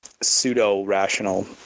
pseudo-rational